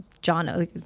John